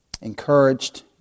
encouraged